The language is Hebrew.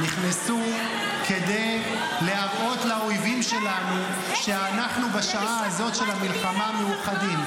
-- נכנסו כדי להראות לאויבים שלנו שאנחנו בשעה הזאת של המלחמה מאוחדים.